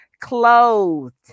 clothed